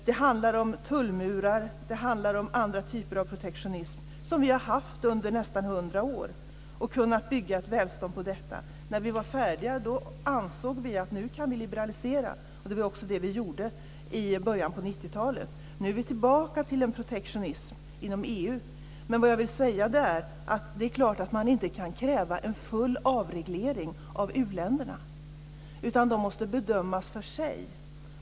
Det handlar om tullmurar och om andra typer av protektionism som vi har haft under nästan hundra år och som vi har kunnat bygga ett välstånd på. När vi var färdiga med det ansåg vi att vi kunde liberalisera. Det var också det vi gjorde i början på 90-talet. Nu är vi tillbaka till en protektionism inom EU. Men vad jag vill säga är att det är klart att man inte kan kräva en full avreglering av u-länderna, utan de måste bedömas för sig.